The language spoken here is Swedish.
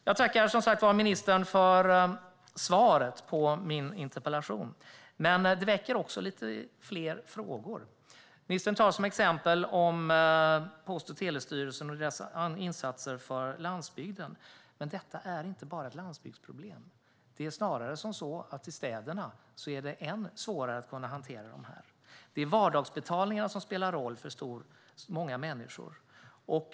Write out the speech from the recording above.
Jag tackar som sagt ministern för svaret på min interpellation, men det väcker också fler frågor. Ministern tar som exempel Post och telestyrelsen och dess insatser för landsbygden. Men detta är inte bara ett landsbygdsproblem. Det är snarare så att i städerna är det än svårare att hantera det här. Det är vardagsbetalningarna som spelar roll för många människor.